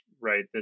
right